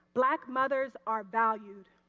black mothers are valued.